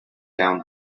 down